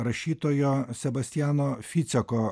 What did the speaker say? rašytojo sebastiano ficeko